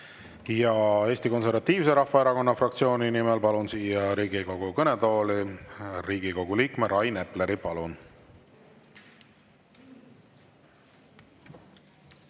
Eesti Konservatiivse Rahvaerakonna fraktsiooni nimel palun siia Riigikogu kõnetooli Riigikogu liikme Rain Epleri. Palun!